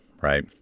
right